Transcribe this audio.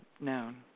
known